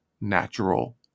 natural